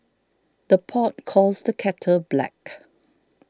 the pot calls the kettle black